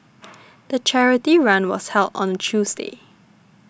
the charity run was held on Tuesday